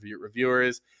reviewers